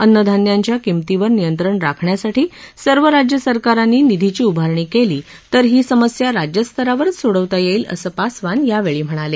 अन्नधान्यांच्या किंमतीवर नियंत्रण राखण्यासाठी सर्व राज्यसरकारांनी निधीची उभारणी केली तर ही समस्या राज्यस्तरावरच सोडवता येईल असं पासवान यावेळी म्हणाले